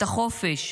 את החופש.